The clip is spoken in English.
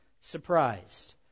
surprised